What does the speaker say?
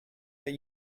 that